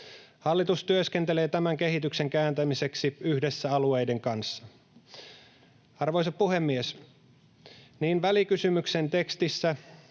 Hallitus työskentelee tämän kehityksen kääntämiseksi yhdessä alueiden kanssa. Arvoisa puhemies! Niin välikysymyksen tekstissä